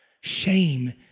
Shame